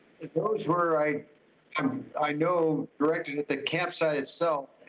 if those where i am, i know directly that the campsite itself,